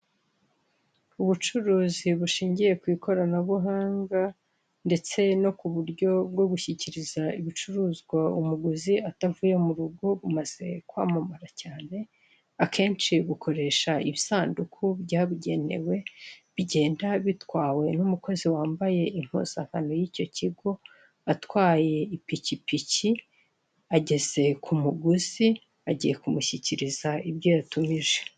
Ubucuruzi bushingiye kw'ikoranabuhanga ndetse no muburyo bwo gushyikiriza ibicuruzwa umuguzi atavuye murugo bimaze kwamamara cyane, akenshi ukoresha ibisanduku bya bugenewe ,bigenda bitwawe n' umukozi wambaye impuzankano y'icyo kigo ,atwaye ipikipiki ageze ku muguzi agiye ku mushyikiriza ibyo yatumije.